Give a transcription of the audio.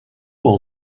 all